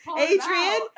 Adrian